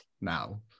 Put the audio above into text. now